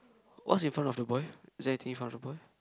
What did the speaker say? what is in front of the boy is there anything in front of the boy